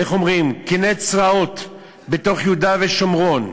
איך אומרים, קני צרעות בתוך יהודה ושומרון,